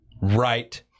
right